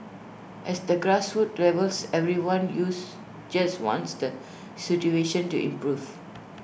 at the grassroots levels everyone use just wants the situation to improve